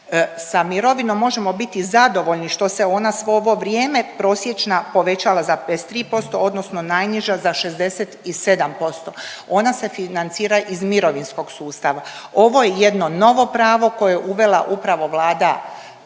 Sa mirovinom možemo biti zadovoljni što se ona svo ovo vrijeme prosječna, povećala za 53% odnosno najniža za 67%. Ona se financira iz mirovinskog sustava. Ovo je jedno novo pravo koje je uvela upravo Vlada od